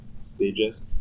stages